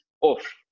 off